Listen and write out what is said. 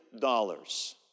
dollars